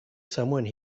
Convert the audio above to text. someone